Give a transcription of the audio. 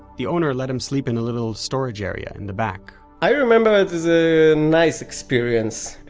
the owner let him sleep in a little storage area in the back i remember it as a nice experience.